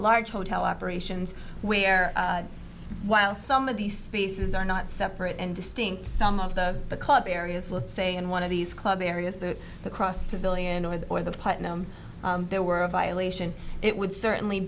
large hotel operations where while some of these spaces are not separate and distinct some of the club areas let's say in one of these club areas that the cross pavilion or the or the putnam there were a violation it would certainly